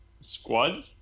squad